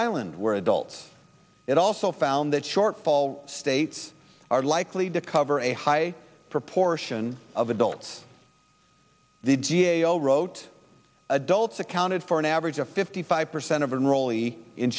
island where adults it also found that shortfall states are likely to cover a high proportion of adults the g a o wrote adults accounted for an average of fifty five percent of rolly in